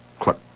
cluck